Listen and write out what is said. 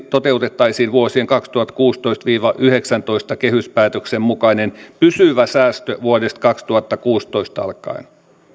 toteutettaisiin vuosien kaksituhattakuusitoista viiva kaksituhattayhdeksäntoista kehyspäätöksen mukainen pysyvä säästö vuodesta kaksituhattakuusitoista alkaen